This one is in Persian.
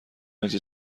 اینجا